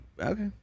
okay